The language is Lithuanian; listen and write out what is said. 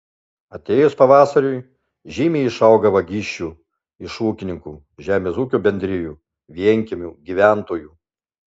atėjus pavasariui žymiai išauga vagysčių iš ūkininkų žemės ūkio bendrijų vienkiemių gyventojų